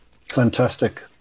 fantastic